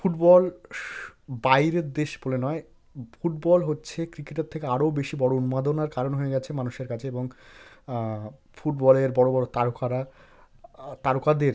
football বাইরের দেশ বলে নয় ফুটবল হচ্ছে ক্রিকেটের থেকে আরও বেশি বড়ো উন্মাদনার কারণ হয়ে গেছে মানুষের কাছে এবং ফুটবলের বড়ো বড়ো তারকারা তারকাদের